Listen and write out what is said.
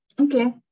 Okay